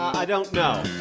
i don't know